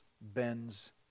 bends